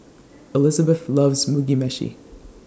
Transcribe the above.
Elizebeth loves Mugi Meshi